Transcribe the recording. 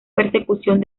persecución